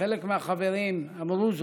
וחלק מהחברים אמרו זאת.